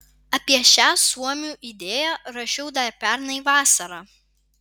apie šią suomių idėją rašiau dar pernai vasarą